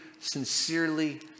sincerely